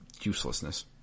uselessness